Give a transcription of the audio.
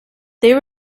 they